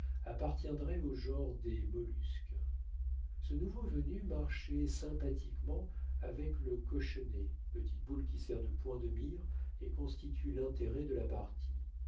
appartiendraient au genre des mollusques ce nouveau venu marchait sympathiquement avec le cochonnet petite boule qui sert de point de mire et constitue l'intérêt de la partie